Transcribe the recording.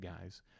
guys